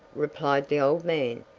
replied the old man,